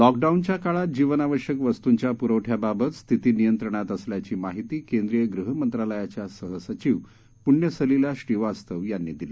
लॉकडाऊनत्या काळात जीवनावश्यक वस्तूंच्या पुरवठ्याबाबत स्थिती नियंत्रणात असल्याची माहिती केंद्रीय गृह मंत्रालयाच्या सह सचीव पुण्यसलीला श्रीवास्तव यांनी दिली